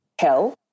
hell